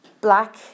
black